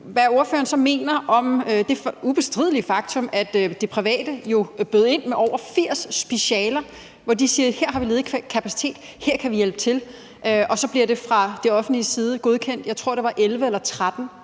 hvad ordføreren så mener om det ubestridelige faktum, at det private jo bød ind med over 80 specialer og sagde: Her har vi ledig kapacitet, her kan vi hjælpe til. Og så blev der fra det offentliges side godkendt, jeg tror, det var 11 eller 13